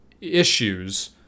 issues